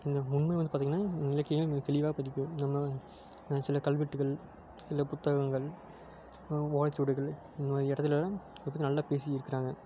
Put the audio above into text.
இந்த உண்மை வந்து பார்த்தீங்கன்னா இலக்கியங்களில் மிகத் தெளிவாக பதிக்கும் நம்ம சில கல்வெட்டுகள் சில புத்தகங்கள் ஓலைச்சுவடிகள் இந்த மாதிரி இடத்துலலாம் இதைப் பற்றி நல்லா பேசியிருக்கிறாங்க